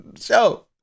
show